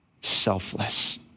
selfless